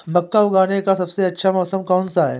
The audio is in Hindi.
मक्का उगाने का सबसे अच्छा मौसम कौनसा है?